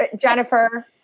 Jennifer